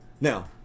now